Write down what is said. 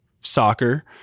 soccer